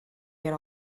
get